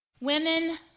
women